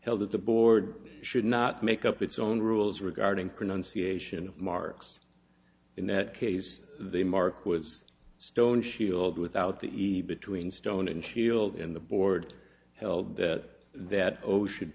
held at the board should not make up its own rules regarding pronunciation marks in that case the mark was stone shield without the between stone and shield in the board held that that o